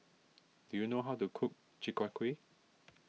do you know how to cook Chi Kak Kuih